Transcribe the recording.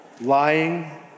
lying